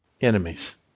enemies